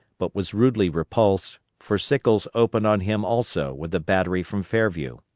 but was rudely repulsed for sickles opened on him also with a battery from fairview.